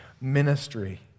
ministry